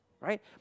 right